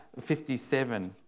57